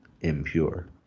impure